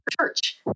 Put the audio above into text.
church